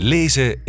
Lezen